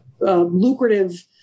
lucrative